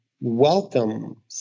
welcome